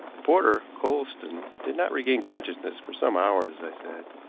the porter, coulsdon, did not regain consciousness for some hours, i said.